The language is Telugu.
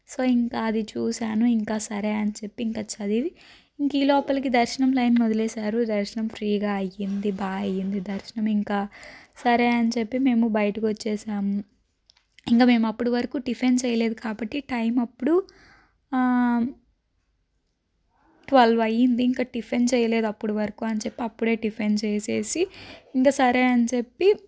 సో ఇంకా అది చూశాను ఇంకా సరే అని చెప్పి ఇంకా చదివి ఇంకా ఈ లోపలకి దర్శనం లైన్ వదిలేశారు దర్శనం ఫ్రీగా అయింది బాగా అయింది దర్శనం ఇంకా సరే అని చెప్పి మేము బయటికి వచ్చేసాము ఇంక మేము అప్పటివరకు టిఫిన్ చేయలేదు కాబట్టి టైం అప్పుడు ట్వెల్వ్ అయ్యింది ఇంకా టిఫిన్ చేయలేదు అప్పుడు వరకు అని చెప్పి అప్పుడే టిఫిన్ చేసేసి ఇంకా సరే అని చెప్పి